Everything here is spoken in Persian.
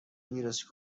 ویروس